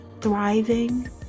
thriving